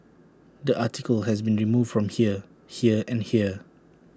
the article has been removed from here here and here